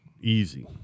Easy